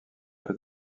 peut